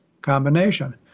combination